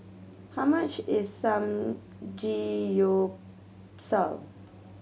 how much is Samgeyopsal